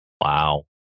Wow